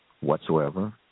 whatsoever